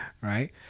Right